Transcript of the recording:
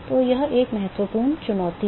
तो यह एक महत्वपूर्ण चुनौती है